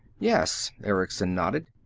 yes. erickson nodded.